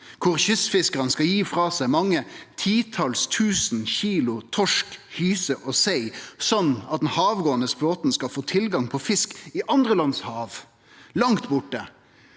der kystfiskarane skal gi frå seg mange titals tusen kilo torsk, hyse og sei, sånn at den havgåande flåten skal få tilgang på fisk i andre lands hav, langt borte.